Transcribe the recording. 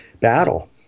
battle